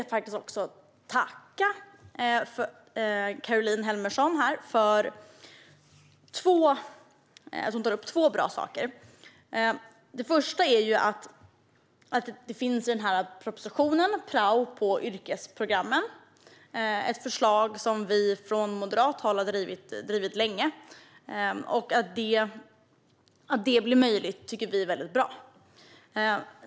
Jag vill också tacka Caroline Helmersson för att hon tar upp två bra saker, först ett förslag i propositionen Stärkt koppling mellan skola och arbetsliv som vi från moderat håll har drivit länge. Att det blir verklighet tycker vi är bra.